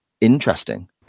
interesting